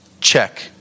Check